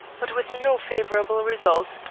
but with no favorable result,